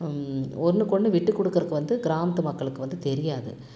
ஒன்னுக்கொன்று விட்டுக் குடுக்கறதுக்கு வந்து கிராமத்து மக்களுக்கு வந்து தெரியாது